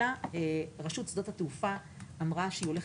אלא רשות שדות התעופה אמרה שהיא הולכת